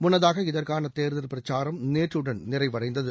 முன்னதாக இதற்கான தேர்தல் பிரச்சாரம் நேற்றுடன் நிறைவடைந்தது